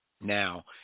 now